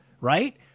right